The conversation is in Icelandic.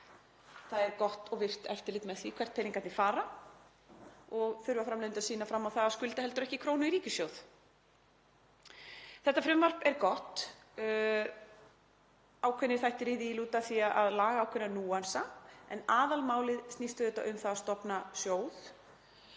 Það er gott og virkt eftirlit með því hvert peningarnir fara og þurfa framleiðendur að sýna fram á það að skulda heldur ekki krónu í ríkissjóð. Þetta frumvarp er gott. Ákveðnir þættir í því lúta að því að laga ákveðna núansa en aðalmálið snýst auðvitað um það að stofna sjóð